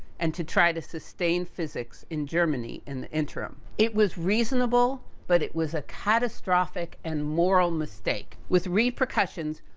and to try to sustain physics in germany, in the interim. it was reasonable, but it was a catastrophic and moral mistake. with repercussions,